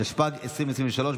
התשפ"ג 2023,